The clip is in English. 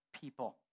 people